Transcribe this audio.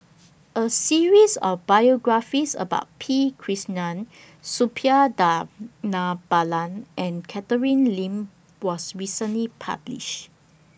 A series of biographies about P Krishnan Suppiah Dhanabalan and Catherine Lim was recently published